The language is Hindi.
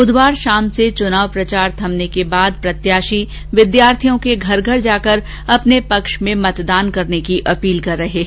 बुधवार शाम से चुनाव प्रचार थमने के बाद प्रत्याशी विद्यार्थियों के घर जाकर अपने पक्ष में मतदान करने की अपील कर रहे हैं